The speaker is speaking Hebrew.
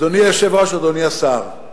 אדוני היושב-ראש, אדוני השר,